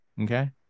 okay